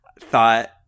thought